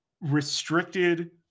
restricted